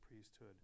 priesthood